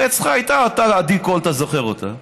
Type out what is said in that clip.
הרי אצלך הייתה עדי קול, אתה זוכר אותה.